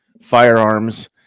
firearms